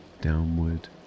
downward